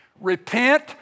Repent